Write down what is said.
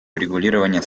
урегулирования